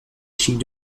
chic